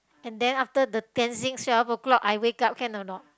and then after the cleansing twelve O-clock I wake up can or not